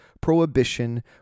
prohibition